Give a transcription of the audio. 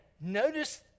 notice